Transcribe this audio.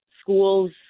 schools